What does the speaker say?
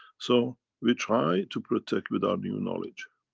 so we try to protect with our new knowledge